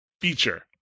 feature